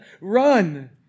run